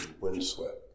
windswept